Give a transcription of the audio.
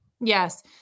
Yes